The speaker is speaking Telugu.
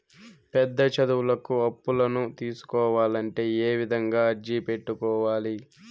పెద్ద చదువులకు అప్పులను తీసుకోవాలంటే ఏ విధంగా అర్జీ పెట్టుకోవాలి?